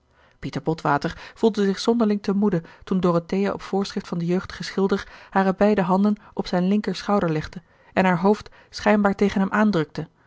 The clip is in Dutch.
pieter botwater voelde zich zonderling te moede toen dorothea op voorschrift van den jeugdigen schilder hare beide handen op zijn linker schouder legde en haar hoofd gerard keller het testament van mevrouw de tonnette schijnbaar tegen hem aandrukte